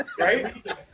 Right